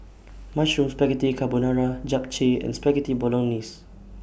Mushroom Spaghetti Carbonara Japchae and Spaghetti Bolognese